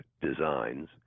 designs